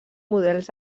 models